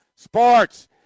sports